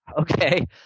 Okay